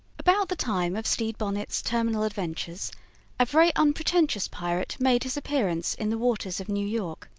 about the time of stede bonnet's terminal adventures a very unpretentious pirate made his appearance in the waters of new york.